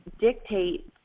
dictate